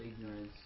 ignorance